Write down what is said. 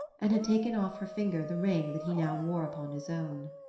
and had taken off her finger the ring that he now wore upon his own.